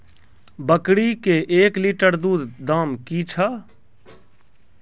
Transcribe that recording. बकरी के एक लिटर दूध दाम कि छ?